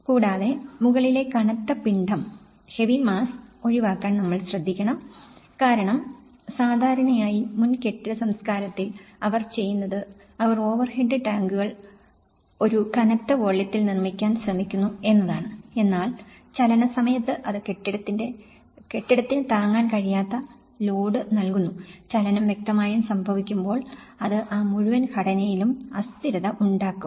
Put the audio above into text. കൂടാതെ മുകളിലെ കനത്ത പിണ്ഡം ഒഴിവാക്കാൻ നമ്മൾ ശ്രമിക്കണം കാരണം സാധാരണയായി മുൻ കെട്ടിട സംസ്കാരത്തിൽ അവർ ചെയ്യുന്നത് അവർ ഓവർഹെഡ് ടാങ്കുകൾ ഒരു കനത്ത വോള്യത്തിൽ നിർമ്മിക്കാൻ ശ്രമിക്കുന്നു എന്നതാണ് എന്നാൽ ചലന സമയത്ത് അത് കെട്ടിടത്തിന് താങ്ങാൻ കഴിയാത്ത ലോഡ് നൽകുന്നു ചലനം വ്യക്തമായും സംഭവിക്കുമ്പോൾ അത് ആ മുഴുവൻ ഘടനയിലും അസ്ഥിരത ഉണ്ടാക്കും